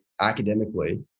academically